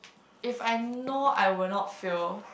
if I know I will not fail